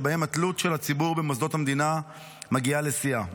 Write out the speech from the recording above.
שבהם התלות של הציבור במוסדות המדינה מגיעה לשיאה.